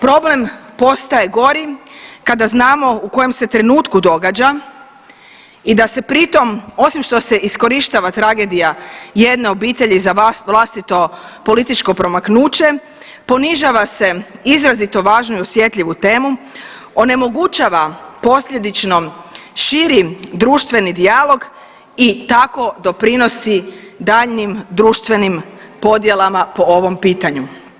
Problem postaje gori kada znamo u kojem se trenutku događa i da se pritom osim što se iskorištava jedne obitelji za vlastito političko promaknuće, ponižava se izrazito važnu i osjetljivu temu, onemogućava posljedično širi društveni dijalog i tako doprinosi daljnjim društvenim podjelama po ovom pitanju.